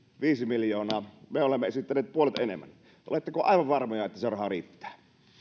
viisi miljoonaa me olemme esittäneet puolet enemmän oletteko aivan varmoja että se raha riittää